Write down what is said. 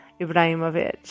Ibrahimovic